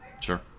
Sure